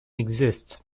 exist